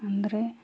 ಅಂದರೆ